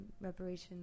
reparation